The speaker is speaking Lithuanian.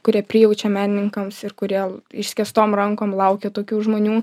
kurie prijaučia menininkams ir kurie išskėstom rankom laukia tokių žmonių